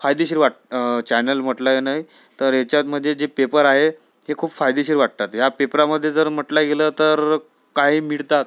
फायदेशीर वाट चॅनल म्हटल्याने तर याच्यामध्ये जे पेपर आहे ते खूप फायदेशीर वाटतात या पेपरामधे जर म्हटल्या गेलं तर काही मिळतात